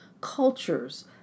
cultures